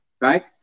right